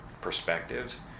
perspectives